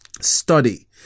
study